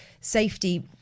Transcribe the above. safety